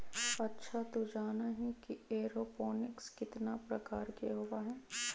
अच्छा तू जाना ही कि एरोपोनिक्स कितना प्रकार के होबा हई?